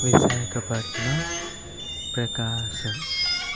Visakhapatnam Prakasam